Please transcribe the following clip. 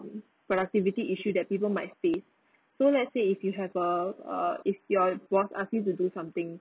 productivity issue that people might say so let's say if you have a err if your boss ask you to do something